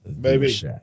Baby